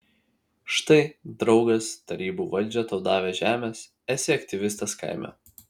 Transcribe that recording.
štai draugas tarybų valdžia tau davė žemės esi aktyvistas kaime